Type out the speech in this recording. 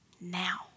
now